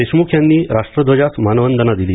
देशम्ख यांनी राष्ट्रध्वजास मानवंदना दिली